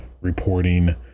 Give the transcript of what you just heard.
reporting